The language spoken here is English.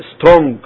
Strong